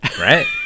right